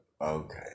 okay